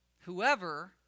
Whoever